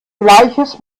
gleiches